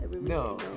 no